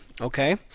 Okay